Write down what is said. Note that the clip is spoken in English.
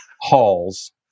halls